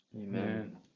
amen